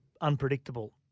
unpredictable